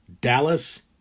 Dallas